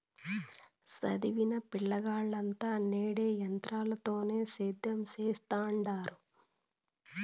సదివిన పిలగాల్లంతా నేడు ఎంత్రాలతోనే సేద్యం సెత్తండారు